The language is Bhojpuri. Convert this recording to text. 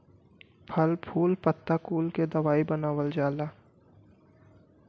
फल फूल पत्ता कुल के दवाई बनावल जाला